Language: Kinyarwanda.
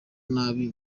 nabi